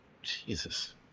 Jesus